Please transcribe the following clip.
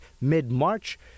mid-March